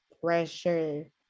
pressure